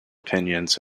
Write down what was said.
opinions